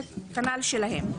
וכנ"ל שלהם.